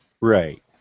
Right